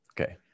Okay